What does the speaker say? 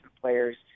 players